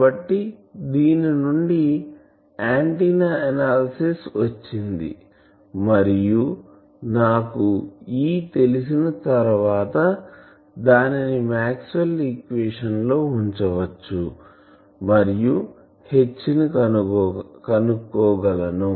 కాబట్టి దీని నుండి ఆంటిన్నాఎనాలిసిస్ వచ్చింది మరియు నాకు E తెలిసిన తర్వాత దానిని మాక్స్వెల్ ఈక్వేషన్ లో ఉంచవచ్చు మరియుHని కనుక్కోగలను